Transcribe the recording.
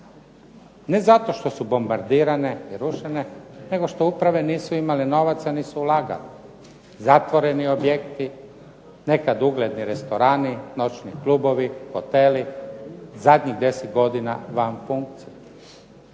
ne zato što su bombardirane i rušene nego što uprave nisu imale novaca, nisu ulagale. Zatvoreni objekti, nekad ugledni restorani, noćni klubovi, hoteli, zadnjih 10 godina van funkcije.